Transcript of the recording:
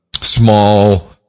small